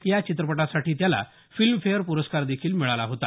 या चित्रपटासाठी त्याला फिल्मफेअर प्रस्कारदेखील मिळाला होता